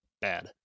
bad